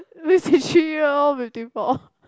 fifty three year or fifty four